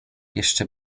jeszcze